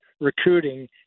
recruiting